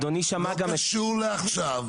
אדוני שמע --- זה לא קשור לעכשיו.